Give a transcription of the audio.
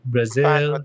Brazil